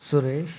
Suresh